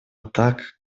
так